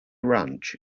ranch